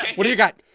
what do ya got?